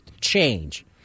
change